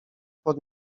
pod